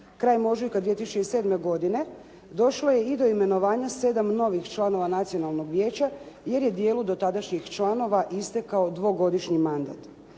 Krajem ožujka 2007. godine došlo je i do imenovanja sedam novih članova Nacionalnog vijeća jer je dijelu dotadašnjih članova istekao dvogodišnji mandat.